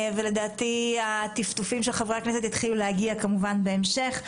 ולדעתי חברי הכנסת יגיעו בהמשך.